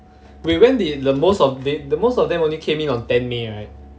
we went the the most of the the most of them only came in on ten may right